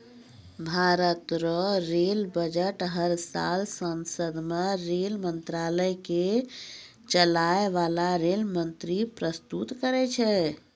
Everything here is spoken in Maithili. भारत रो रेल बजट हर साल सांसद मे रेल मंत्रालय के चलाय बाला रेल मंत्री परस्तुत करै छै